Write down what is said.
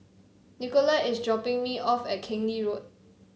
Nicolette is dropping me off at Keng Lee Road